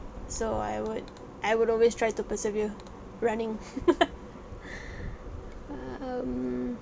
so I would I would always try to persevere running um